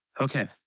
Okay